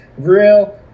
grill